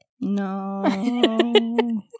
No